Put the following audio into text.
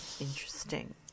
Interesting